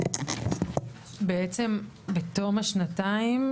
בעצם בתום השנתיים,